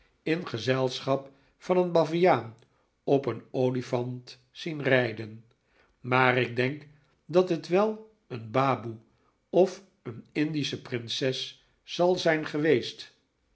in gezelschap van een baviaan op een olifant zien rijden maar ik denk dat het wel een baboe of een indische prinses zal zijn geweest